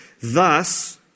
Thus